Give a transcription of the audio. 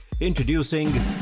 Introducing